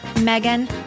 Megan